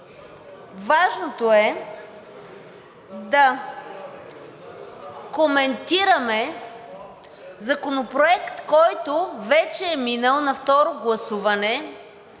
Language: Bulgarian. важното е да коментираме законопроект, който вече е минал на второ гласуване